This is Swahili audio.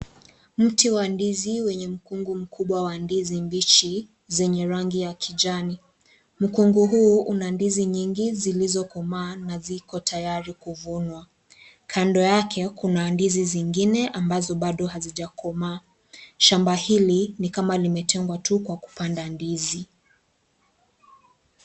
Mti wa ndizi wenye mkungu mkubwa wa ndizi mbichi zenye rangi ya kijani. Mkungu huu unandizi nyingi zilizokomaa na ziko tayari kuvunwa, kando yake kuna ndizi zingine ambazo bado hazijakomaa. Shamba hili nikama limetengwa tuh kwa kupanda ndizi.